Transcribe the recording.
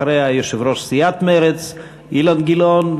אחריה, יושב-ראש סיעת מרצ אילן גילאון.